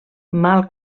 mal